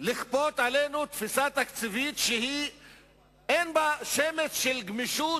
לכפות עלינו תפיסה תקציבית שאין בה שמץ של גמישות,